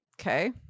Okay